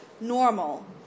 normal